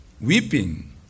Weeping